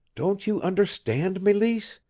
don't you understand, meleese?